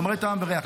חומרי טעם וריח,